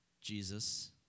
Jesus